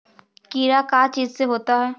कीड़ा का चीज से होता है?